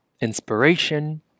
inspiration